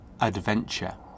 adventure